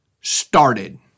started